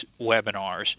webinars